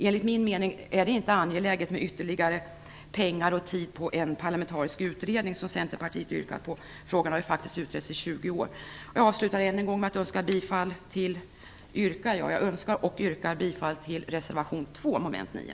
Enligt min mening är det inte nödvändigt att använda ytterligare pengar och tid för en parlamentarisk utredning, som Centerpartiet yrkar. Frågan har faktiskt utretts i 20 år. Jag avslutar med att än en gång yrka bifall till reservation 2, mom. 9.